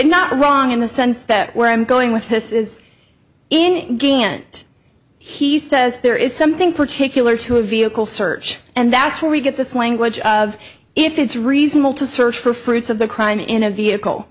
not wrong in the sense that where i'm going with this is in gantt he says there is something particular to a vehicle search and that's where we get this language of if it's reasonable to search for fruits of the crime in a vehicle